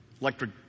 electric